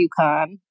UConn